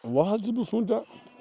وۅنۍ حظ چھُس بہٕ سونٛچان